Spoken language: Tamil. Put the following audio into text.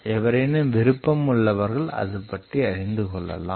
எவரேனும் விருப்பமுள்ளவர்கள் அதுபற்றி அறிந்து கொள்ளலாம்